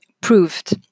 proved